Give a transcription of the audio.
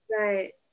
Right